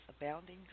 Abounding